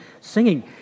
Singing